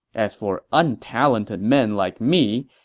as for untalented men like me,